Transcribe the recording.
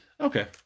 Okay